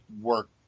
work